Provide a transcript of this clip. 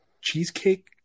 cheesecake